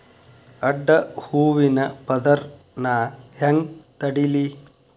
ಅಡ್ಡ ಹೂವಿನ ಪದರ್ ನಾ ಹೆಂಗ್ ತಡಿಲಿ?